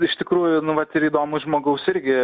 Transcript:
iš tikrųjų nu vat ir įdomu žmogaus irgi